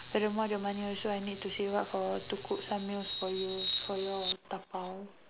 furthermore the money also I need to save up to cook some meals for you for your dabao